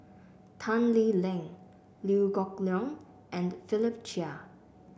Tan Lee Leng Liew Geok Leong and Philip Chia